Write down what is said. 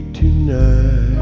tonight